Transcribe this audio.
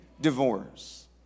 divorce